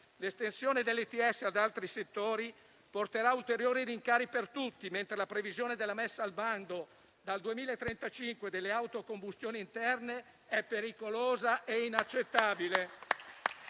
scheme* (ETS) ad altri settori porterà ulteriori rincari per tutti, mentre la previsione della messa al bando dal 2035 delle auto a combustione interna è pericolosa e inaccettabile.